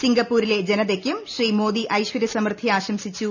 സിംഗപ്പൂരിലെ ജനതയ്ക്കും ശ്രീ മോദി ഐശ്ശ്യ ്സമൃദ്ധി ആശംസിച്ചു